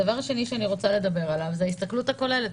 הדבר השני שאני רוצה להסתכל עליו זו ההסתכלות הכוללת.